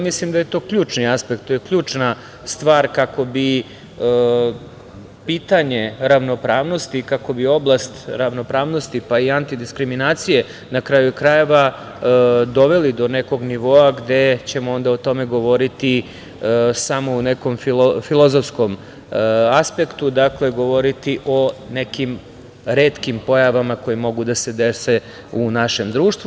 Mislim, da je to ključni aspekt, to je ključna stvar kako bi pitanje ravnopravnosti, kako bi oblast ravnopravnosti pa i antidiskriminacije, na kraju, krajeva, doveli do nekog nivoa gde ćemo o tome govoriti samo u nekom filozofskom aspektu, dakle govoriti o nekim retkim pojavama koje mogu da se dese u našem društvu.